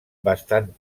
bastant